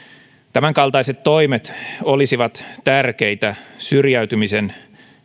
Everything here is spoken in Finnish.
tämänkaltaiset toimet olisivat tärkeitä syrjäytymisen